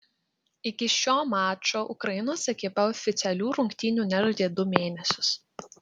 iki šio mačo ukrainos ekipa oficialių rungtynių nežaidė du mėnesius